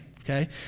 okay